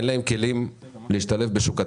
אין להם כלים להשתלב בשוק התעסוקה,